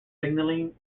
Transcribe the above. signalling